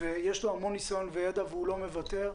יש לו המון ניסיון וידע והוא לא מוותר,